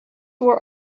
were